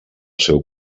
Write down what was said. seu